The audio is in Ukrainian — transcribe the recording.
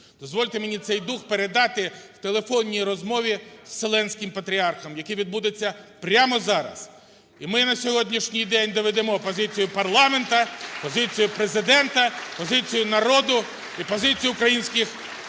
дозвольте мені цей дух передати в телефонній розмові з Вселенським Патріархом, яка відбудеться прямо зараз. І ми на сьогоднішній день доведемо позицію парламенту, позицію Президента, позицію народу і позицію українських ієрархів